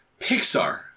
Pixar